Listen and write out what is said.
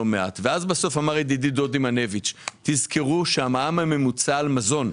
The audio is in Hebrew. וכמו שאמר ידידי דודי מנביץ תזכרו את המע"מ הממוצע על מזון.